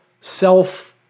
self